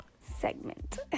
segment